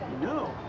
No